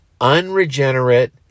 unregenerate